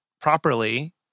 properly